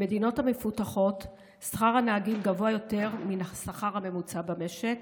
במדינות המפותחות שכר הנהגים גבוה יותר מן השכר הממוצע במשק,